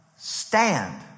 stand